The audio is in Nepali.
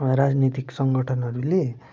राजनीतिक सङ्गठनहरूले